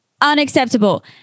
unacceptable